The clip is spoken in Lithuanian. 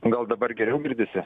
gal dabar geriau girdisi